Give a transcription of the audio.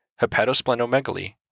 hepatosplenomegaly